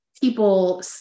people